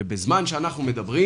ובזמן שאנחנו מדברים